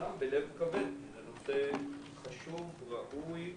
אמנם בלב כבד, כי זה נושא חשוב וראוי,